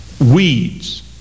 weeds